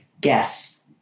guess